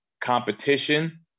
competition